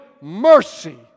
mercy